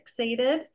fixated